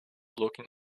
looking